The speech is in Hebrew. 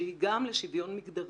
שהיא גם לשוויון מיגדרי,